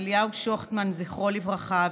זיכרונו לברכה,